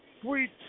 sweet